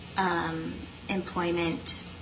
Employment